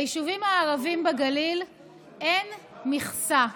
ליישובים הערביים בגליל אין מכסה,